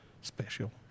special